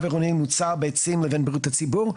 עירוני ממוצע בעצים לבריאות הציבור.